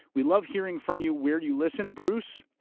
we love hearing from you, where you listen. bruce,